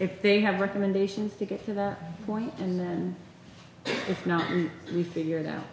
if they have recommendations to get to that point and then if not we figured out